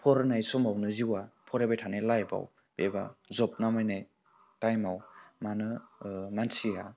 फरायनाय समावनो जिउआ फरायबाय थानाय लाइफआव एबा जब मोननाय टाइमआव मानो मानसिया